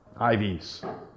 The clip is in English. IVs